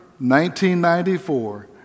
1994